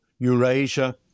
Eurasia